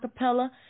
Acapella